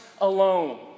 alone